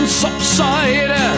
subside